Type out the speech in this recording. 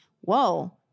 whoa